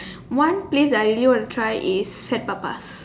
one place that I really want to try is Saint papas